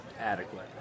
adequate